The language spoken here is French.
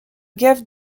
gave